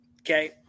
Okay